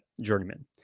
journeyman